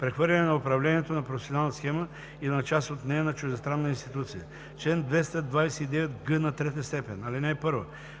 Прехвърляне на управлението на професионална схема или на част от нея на чуждестранна институция Чл. 229г3. (1) Професионална схема